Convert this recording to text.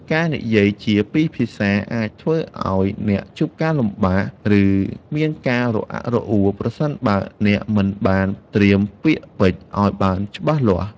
ការនិយាយជាពីរភាសាអាចធ្វើឱ្យអ្នកជួបការលំបាក ឬមានការរអាក់រអួលប្រសិនបើអ្នកមិនបានត្រៀមពាក្យពេចន៍ឱ្យបានច្បាស់លាស់។